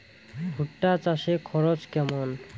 ভুট্টা চাষে খরচ কেমন?